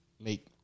make